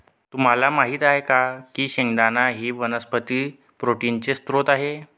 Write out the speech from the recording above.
तुम्हाला माहित आहे का की शेंगदाणा ही वनस्पती प्रोटीनचे स्त्रोत आहे